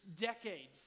decades